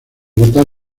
votar